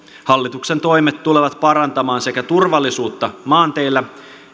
hallituksen toimet tulevat sekä parantamaan turvallisuutta maanteillä